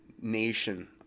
nation